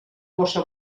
bossa